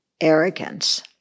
arrogance